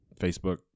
Facebook